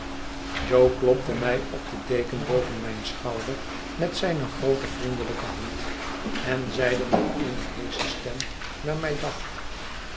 jo klopte mij op de deken boven mijn schouder met zijne groote vriendelijke hand en zeide met eene heesche stem naar mij dacht